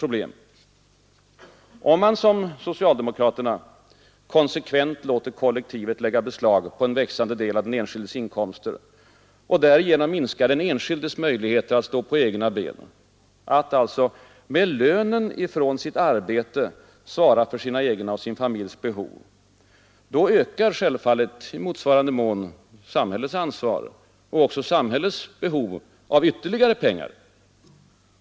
Om man som socialdemokraterna — konsekvent låter kollektivet lägga beslag på en växande del av den enskildes inkomster och därigenom minskar hans möjligheter att stå på egna ben — alltså att med lönen från sitt arbete svara för sina egna och familjens behov — då ökar självfallet i motsvarande mån samhällets ansvar och dess behov av ytterligare medel.